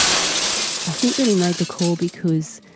i think that he made the call because